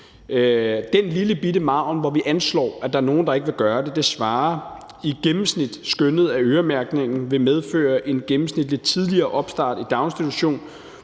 den lillebitte margen, hvor vi anslår, at der er nogle, der ikke vil gøre det, skønnes det, at øremærkningen vil medføre en gennemsnitlig tidligere opstart i daginstitution